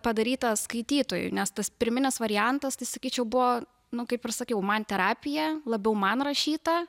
padarytą skaitytojui nes tas pirminis variantas tai sakyčiau buvo nu kaip ir sakiau man terapija labiau man rašyta